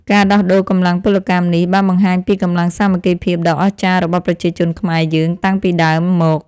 ការដោះដូរកម្លាំងពលកម្មនេះ បានបង្ហាញពីកម្លាំងសាមគ្គីភាពដ៏អស្ចារ្យរបស់ប្រជាជនខ្មែរយើងតាំងពីដើមមក។